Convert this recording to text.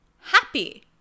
happy